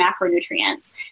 macronutrients